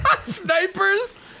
Sniper's